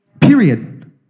Period